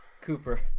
Cooper